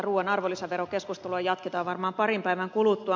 ruuan arvonlisäverokeskustelua jatketaan varmaan parin päivän kuluttua